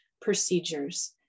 procedures